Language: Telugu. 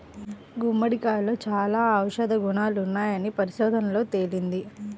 గుమ్మడికాయలో చాలా ఔషధ గుణాలున్నాయని పరిశోధనల్లో తేలింది